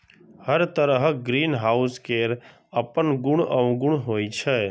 हर तरहक ग्रीनहाउस केर अपन गुण अवगुण होइ छै